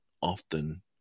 often